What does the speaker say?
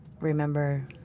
remember